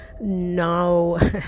no